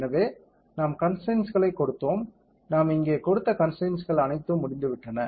எனவே நாம் கன்ஸ்டரைன்ஸ்களைக் கொடுத்தோம் நாம் இங்கே கொடுத்த கன்ஸ்டரைன்ஸ்கள் அனைத்தும் முடிந்துவிட்டன